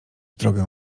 drogę